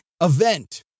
event